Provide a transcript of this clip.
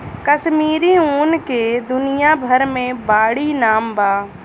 कश्मीरी ऊन के दुनिया भर मे बाड़ी नाम बा